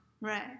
Right